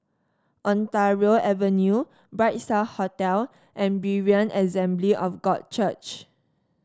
Ontario Avenue Bright Star Hotel and Berean Assembly of God Church